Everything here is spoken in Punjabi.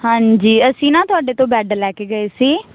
ਹਾਂਜੀ ਅਸੀਂ ਨਾ ਤੁਹਾਡੇ ਤੋਂ ਬੈੱਡ ਲੈ ਕੇ ਗਏ ਸੀ